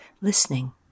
listening